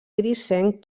grisenc